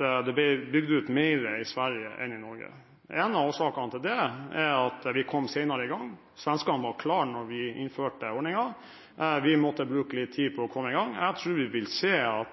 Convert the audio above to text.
det ble bygd ut mer i Sverige enn i Norge. En av årsakene til det, er at vi kom senere i gang. Svenskene var klare da vi innførte ordningen. Vi måtte bruke litt tid på å komme i gang. Jeg tror vi vil se at